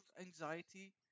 anxiety